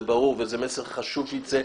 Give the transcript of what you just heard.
זה ברור וזה מסר חשוב שיצא,